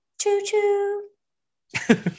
Choo-choo